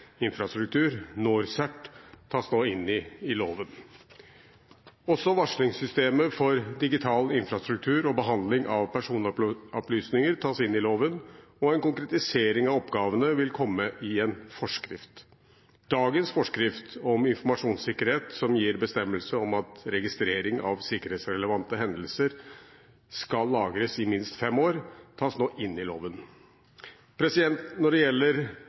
infrastruktur, NorCERT, tas nå inn i loven. Også varslingssystemet for digital infrastruktur og behandling av personopplysninger tas inn i loven, og en konkretisering av oppgavene vil komme i en forskrift. Dagens forskrift om informasjonssikkerhet, som gir bestemmelse om at registrering av sikkerhetsrelevante hendelser skal lagres i minst fem år, tas nå inn i loven. Når det gjelder